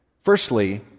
Firstly